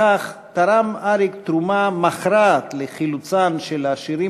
בכך תרם אריק תרומה מכרעת לחילוצם של שירים